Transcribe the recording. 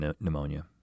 pneumonia